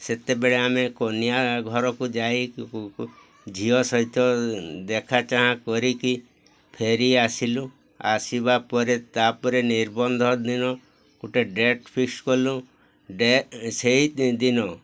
ସେତେବେଳେ ଆମେ କନ୍ୟା ଘରକୁ ଯାଇ ଝିଅ ସହିତ ଦେଖା ଚାହାଁ କରିକି ଫେରି ଆସିଲୁ ଆସିବା ପରେ ତା'ପରେ ନିର୍ବନ୍ଧ ଦିନ ଗୋଟେ ଡେଟ୍ ଫିକ୍ସ କଲୁ ସେଇ ଦିନ